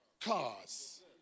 cars